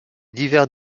divers